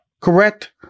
correct